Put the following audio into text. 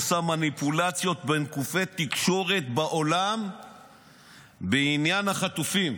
עושה מניפולציות בין גופי תקשורת בעולם בעניין החטופים.